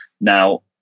Now